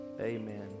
Amen